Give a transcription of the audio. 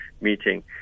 meeting